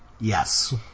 Yes